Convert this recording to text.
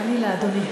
חלילה, אדוני.